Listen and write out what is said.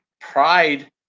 Pride